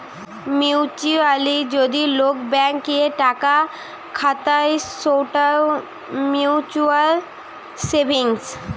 mutually যদি লোক bank এ টাকা খাতায় সৌটা মিউচুয়াল সেভিংস